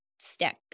stick